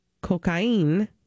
cocaine